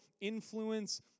influence